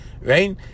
right